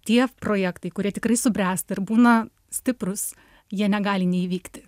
tie projektai kurie tikrai subręsta ir būna stiprūs jie negali neįvykti